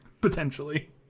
potentially